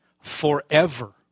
forever